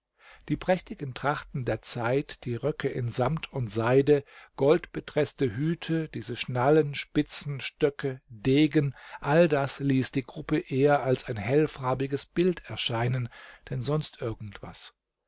die prächtigen trachten der zeit die röcke in samt und seide goldbetreßte hüte diese schnallen spitzen stöcke degen all das ließ die gruppe eher als ein hellfarbiges bild erscheinen denn sonst irgend was